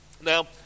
Now